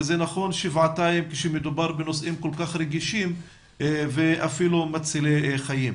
וזה נכון שבעתיים כשמדובר בנושאים כל כך רגישים ומצילי חיים.